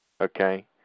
okay